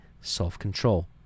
self-control